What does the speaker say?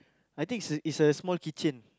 I think is a is a small keychain